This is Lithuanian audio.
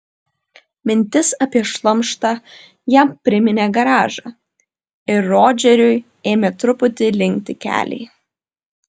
mintis apie šlamštą jam priminė garažą ir rodžeriui ėmė truputį linkti keliai